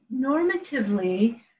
normatively